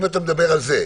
אם אתה מדבר על זה.